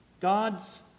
God's